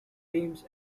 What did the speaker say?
teams